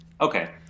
okay